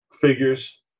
Figures